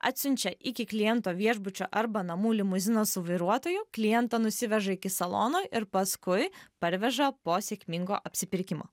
atsiunčia iki kliento viešbučio arba namų limuziną su vairuotoju klientą nusiveža iki salono ir paskui parveža po sėkmingo apsipirkimo